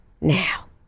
now